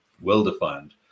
well-defined